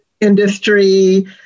industry